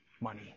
money